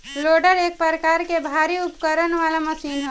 loader एक प्रकार के भारी उपकरण वाला मशीन ह